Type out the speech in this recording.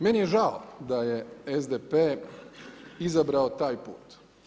Meni je žao da je SDP izabrao taj put.